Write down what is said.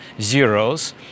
zeros